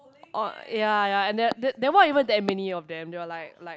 oh ya ya and there there weren't even that many of them they were like like